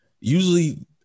usually